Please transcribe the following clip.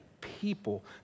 people